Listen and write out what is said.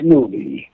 Movie